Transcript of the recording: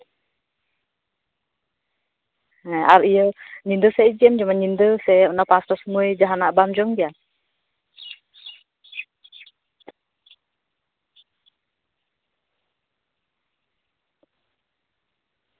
ᱟᱨ ᱤᱭᱟᱹ ᱧᱤᱫᱟᱹ ᱥᱮᱡ ᱪᱮᱫ ᱮᱢ ᱡᱚᱢᱟ ᱧᱤᱫᱟᱹ ᱥᱮᱡ ᱚᱱᱟ ᱯᱟᱸᱪᱴᱟ ᱥᱮᱡ ᱡᱟᱦᱟᱸᱱᱟᱜ ᱵᱟᱢ ᱡᱚᱢ ᱜᱮᱭᱟ